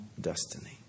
destiny